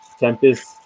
Tempest